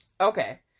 Okay